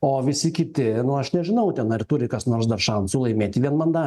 o visi kiti nu aš nežinau ten ar turi kas nors dar šansų laimėti vienmanda